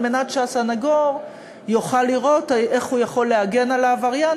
על מנת שהסנגור יוכל לראות איך הוא יכול להגן על העבריין